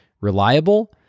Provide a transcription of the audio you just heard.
reliable